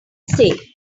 say